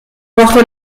woche